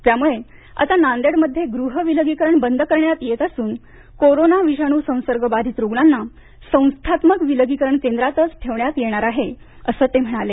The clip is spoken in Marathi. त्यामुळे आता नांदेडमध्ये गृहविलगीकरण बंद करण्यात येत असून कोरोना विषाणूसंसर्ग बाधीत रूग्णाना संस्थात्मक विलगीकरण केंद्रातच ठेवण्यात येणार आहे अस ते म्हणाले